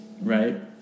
right